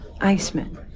Iceman